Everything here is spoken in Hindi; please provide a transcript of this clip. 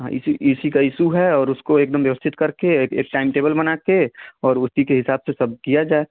हाँ इसी इसी का ईसू है और उसको एकदम व्यवस्थित करके एक एक टाइम टेबल बना के और उसी के हिसाब से सब किया जाए